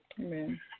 Amen